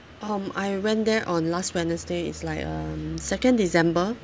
um I went there on last wednesday it's like um second december